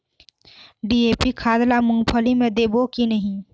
DAP खाद ला मुंगफली मे देबो की नहीं?